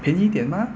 便宜一点 mah